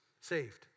Saved